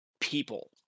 people